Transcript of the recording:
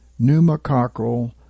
pneumococcal